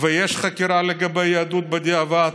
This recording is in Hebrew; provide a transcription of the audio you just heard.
ויש חקירה לגבי יהדות בדיעבד: